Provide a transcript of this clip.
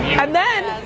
and then,